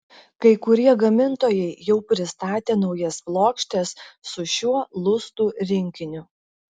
kai kurie gamintojai jau pristatė naujas plokštes su šiuo lustų rinkiniu